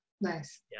Nice